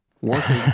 working